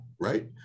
right